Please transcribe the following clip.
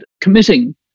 committing